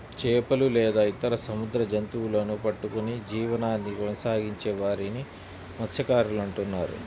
చేపలు లేదా ఇతర సముద్ర జంతువులను పట్టుకొని జీవనాన్ని కొనసాగించే వారిని మత్య్సకారులు అంటున్నారు